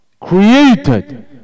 created